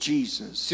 Jesus